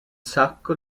sacco